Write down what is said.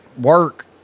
work